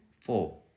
four